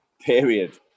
period